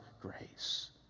grace